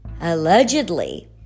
Allegedly